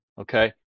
Okay